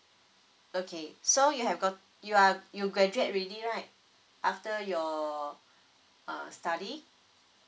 okay so you have uh you have you graduate already right after your uh study